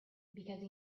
because